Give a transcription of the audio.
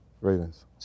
Ravens